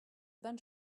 bunch